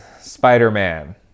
Spider-Man